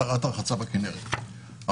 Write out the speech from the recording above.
צו הסדרת הטיפול בחופי הכינרת (עבירות